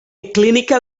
clinical